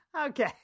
okay